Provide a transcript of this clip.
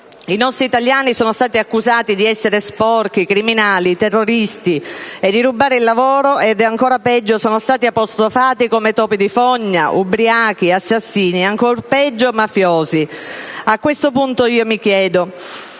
I nostri italiani sono stati accusati di essere sporchi, criminali, terroristi e di rubare il lavoro e, ancor peggio, sono stati apostrofati come «topi di fogna», «ubriachi», «assassini» e, ancor peggio, «mafiosi». Ci riempiamo la bocca di